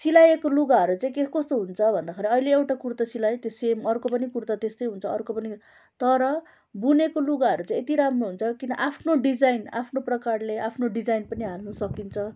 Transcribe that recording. सिलाइएको लुगाहरू चाहिँ कस्तो हुन्छ भन्दाखेरि अहिले एउटा कुर्ता सिलायो त्यो सेम अर्को पनि कुर्ता त्यस्तै हुन्छ अर्को पनि तर बुनेको लुगाहरू चाहिँ यति राम्रो हुन्छ किन आफ्नो डिजाइन आफ्नो प्रकारले आफ्नो डिजाइन पनि हाल्नु सकिन्छ